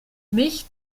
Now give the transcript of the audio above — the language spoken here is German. mich